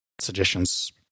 suggestions